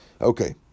Okay